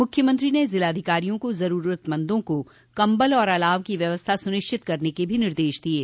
मुख्यमंत्री ने जिलाधिकारियों को जरूरतमंदों को कंबल और अलाव की व्यवस्था सुनिश्चित करने के भी निर्देश दिये